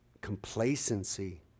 Complacency